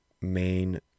main